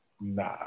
Nah